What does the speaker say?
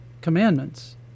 Commandments